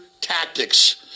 tactics